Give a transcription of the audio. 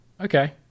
Okay